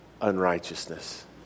unrighteousness